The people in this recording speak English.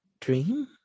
dream